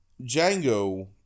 Django